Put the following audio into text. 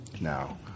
now